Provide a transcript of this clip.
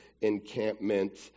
encampment